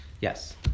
Yes